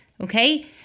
okay